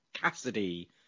Cassidy